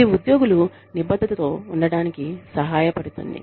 ఇది ఉద్యోగులు నిబద్ధతతో ఉండటానికి సహాయపడుతుంది